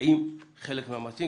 עם חלק מהמרצים".